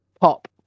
pop